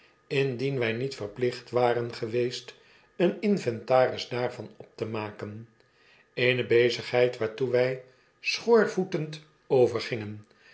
indien wy niet verplieht waren geweest een inventaris daarvan op te maken eene bezigheid waartoe wy schoorvoetend